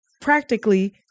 practically